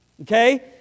Okay